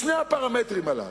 בשני הפרמטרים הללו,